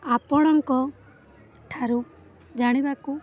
ଆପଣଙ୍କ ଠାରୁ ଜାଣିବାକୁ